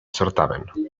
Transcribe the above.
certamen